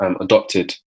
adopted